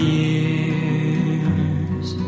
years